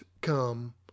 come